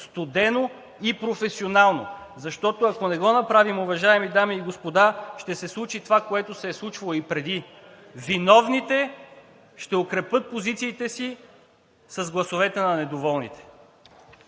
студено и професионално? Защото, ако не го направим, уважаеми дами и господа, ще се случи това, което се е случвало и преди – виновните ще укрепят позициите си с гласовете на недоволните.